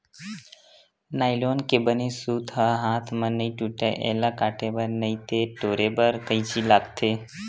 nylon के बने सूत ह हाथ म नइ टूटय, एला काटे बर नइते टोरे बर कइची लागथे